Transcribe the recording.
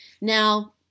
Now